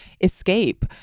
escape